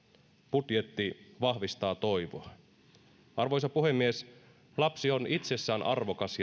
budjetti vahvistaa toivoa arvoisa puhemies lapsi on itsessään arvokas